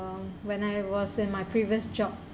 when I was in my previous job